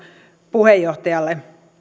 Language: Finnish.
puheenjohtajalle